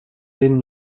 den